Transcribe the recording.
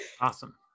Awesome